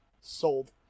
Sold